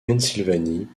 pennsylvanie